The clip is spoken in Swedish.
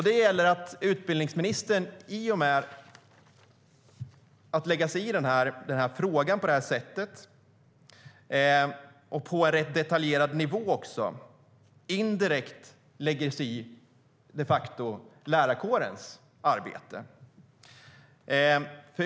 Det gäller att utbildningsministern i och med att han lägger sig i frågan på det här sättet, och på en rätt detaljerad nivå, indirekt lägger sig i lärarkårens arbete.